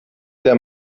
der